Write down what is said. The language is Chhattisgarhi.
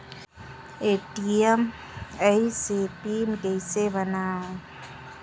ए.टी.एम आइस ह पिन कइसे बनाओ?